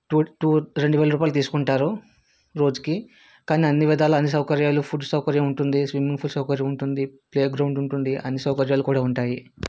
tour tour రెండు వేల రూపాయలు తీసుకుంటారు రోజుకి కానీ అన్ని విధాలా అన్ని సౌకర్యాలుగా ఫుడ్ సౌకర్యం ఉంటుంది స్విమ్మింగ్ పూల్ సౌకర్యం ఉంటుంది ప్లే గ్రౌండ్ ఉంటుంది అన్ని సౌకర్యాలు కూడా ఉంటాయి